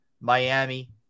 Miami